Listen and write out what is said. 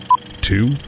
two